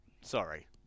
Sorry